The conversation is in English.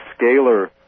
scalar